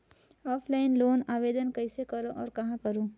Offline loan आवेदन कइसे करो और कहाँ करो?